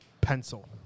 pencil